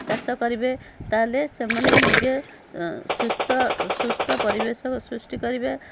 ଚାଷ କରିବେ ତା'ହେଲେ ସେମାନେ ନିଜେ ସୁସ୍ଥ ସୁସ୍ଥ ପରିବେଶକୁ ସୃଷ୍ଟି କରିବେ